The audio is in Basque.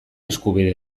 eskubide